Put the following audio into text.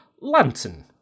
lantern